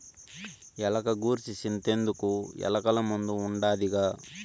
ఎలక గూర్సి సింతెందుకు, ఎలకల మందు ఉండాదిగా